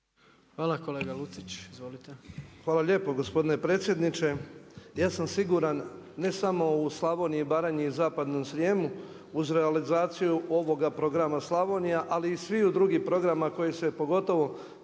izvolite. **Lucić, Franjo (HDZ)** Hvala lijepo gospodine predsjedniče. Ja sam siguran ne samo u Slavoniji, Baranji i Zapadnom Srijemu, uz realizaciju ovoga Programa Slavonija, ali i sviju drugih programa koji se pogotovo